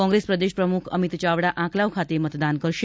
કોગ્રેસ પ્રદેશ પ્રમૂખ અમિત ચાવડા આંકલાવ ખાતે મતદાન કરશે